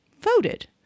voted